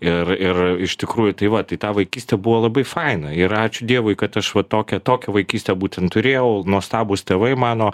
ir ir iš tikrųjų tai va tai ta vaikystė buvo labai faina ir ačiū dievui kad aš va tokią tokią vaikystę būtent turėjau nuostabūs tėvai mano